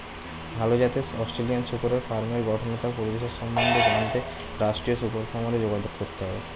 ভাল জাতের অস্ট্রেলিয়ান শূকরের ফার্মের গঠন ও তার পরিবেশের সম্বন্ধে কোথা থেকে জানতে পারবো?